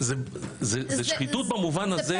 זה שחיתות במובן הזה,